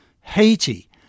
Haiti